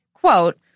quote